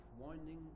winding